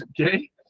Okay